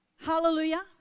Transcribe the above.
hallelujah